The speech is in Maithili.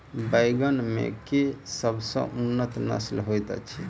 बैंगन मे केँ सबसँ उन्नत नस्ल होइत अछि?